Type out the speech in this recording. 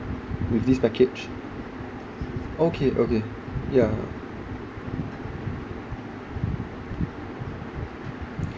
with this package okay okay yeah